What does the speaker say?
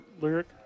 lyric